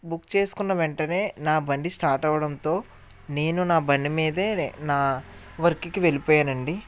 book చేసుకున్న వెంటనే నా బండి స్టార్ట్ అవ్వడంతో నేను నా బండి మీదే నా వర్క్కి వెళ్ళిపోయానండి